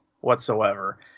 whatsoever